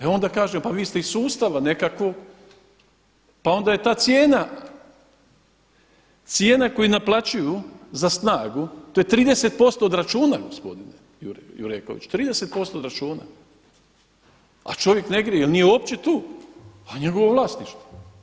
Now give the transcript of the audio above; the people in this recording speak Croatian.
E onda kaže pa vi ste iz sustava nekakvog pa onda je ta cijena koju naplaćuju za snagu to je 30% od računa gospodine Jureković, 30% od računa, a čovjek ne grije jel nije uopće tu, a njegovo vlasništvo.